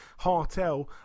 Hartel